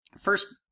first